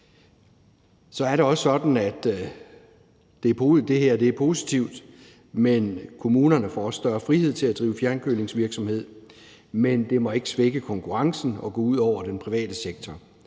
Så er det også sådan, og det er positivt, at kommunerne også får større frihed til at drive fjernkølingsvirksomhed, men det må ikke svække konkurrencen og gå ud over den private sektor.